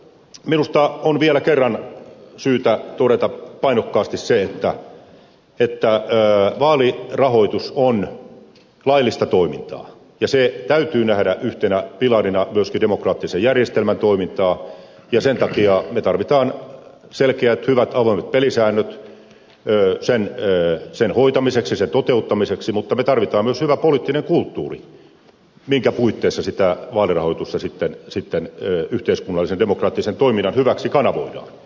minusta on vielä kerran syytä todeta painokkaasti se että vaalirahoitus on laillista toimintaa ja se täytyy nähdä myöskin yhtenä pilarina demokraattisen järjestelmän toimintaa ja sen takia me tarvitsemme selkeät hyvät avoimet pelisäännöt sen hoitamiseksi sen toteuttamiseksi mutta me tarvitsemme myös hyvän poliittisen kulttuurin minkä puitteissa sitä vaalirahoitusta sitten yhteiskunnallisen demokraattisen toiminnan hyväksi kanavoidaan